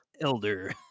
elder